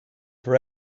for